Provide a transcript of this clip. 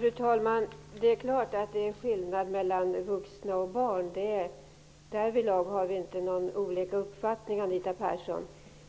Fru talman! Det är klart att det är skillnad mellan vuxna och barn. Därvidlag har vi inte olika uppfattningar, Anita Persson.